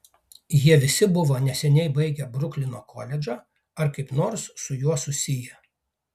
jie visi buvo neseniai baigę bruklino koledžą ar kaip nors su juo susiję